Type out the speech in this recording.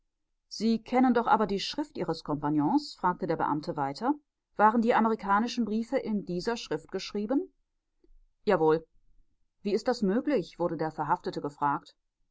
sie kennen doch aber die schrift ihres kompagnons fragte der beamte weiter waren die amerikanischen briefe in dieser schrift geschrieben jawohl wie ist das möglich wurde der verhaftete gefragt